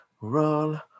Roll